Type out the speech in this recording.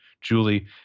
Julie